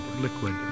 liquid